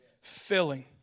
filling